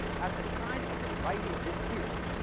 at the time of the writing of this series,